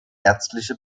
ärztliche